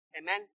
Amen